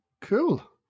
Cool